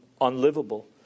unlivable